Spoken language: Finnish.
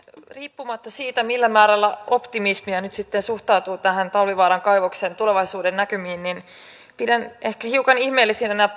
riippumatta siitä millä määrällä optimismia nyt sitten suhtautuu näihin talvivaaran kaivoksen tulevaisuudennäkymiin pidän ehkä hiukan ihmeellisinä